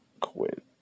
quit